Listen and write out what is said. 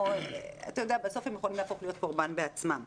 בסוף הם יכולים להיות קורבן בעצמם.